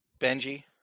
Benji